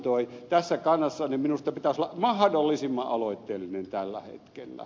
elikkä tässä kannassa minusta pitäisi olla mahdollisimman aloitteellinen tällä hetkellä